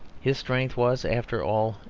his strength was, after all,